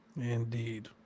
Indeed